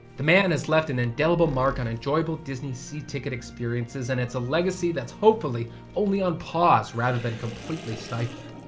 the man has left an indelible mark on enjoyable disney c-ticket experiences. and it's a legacy that's hopefully only on pause rather than completely stifled.